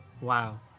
wow